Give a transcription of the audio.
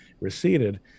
receded